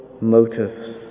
motives